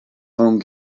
home